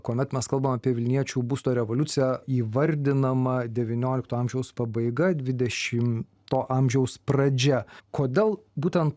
kuomet mes kalbam apie vilniečių būsto revoliuciją įvardinama devyniolikto amžiaus pabaiga dvidešimto amžiaus pradžia kodėl būtent